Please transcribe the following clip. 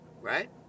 right